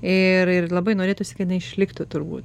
ir ir labai norėtųsi kad išliktų turbūt